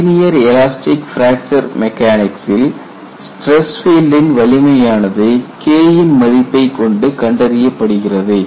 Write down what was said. linear elastic fracture மெக்கானிக்சில் stress ஃபீல்டின் வலிமையானது K ன் மதிப்பைக் கொண்டு கண்டறியப்படுகிறது